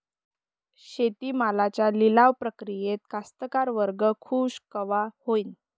शेती मालाच्या लिलाव प्रक्रियेत कास्तकार वर्ग खूष कवा होईन?